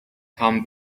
come